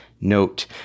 note